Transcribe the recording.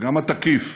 וגם התקיף,